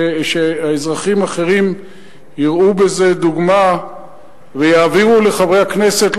ושאזרחים אחרים יראו בזה דוגמה ויעבירו לחברי הכנסת,